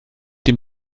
dem